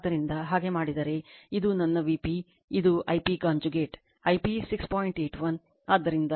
ಆದ್ದರಿಂದ ಹಾಗೆ ಮಾಡಿದರೆ ಇದು ನನ್ನ Vp ಮತ್ತು ಇದು I p conjugate